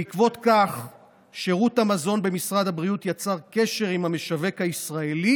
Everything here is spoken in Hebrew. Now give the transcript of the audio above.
בעקבות זאת שירות המזון במשרד הבריאות יצר קשר עם המשווק הישראלי